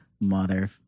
Mother